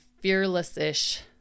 fearless-ish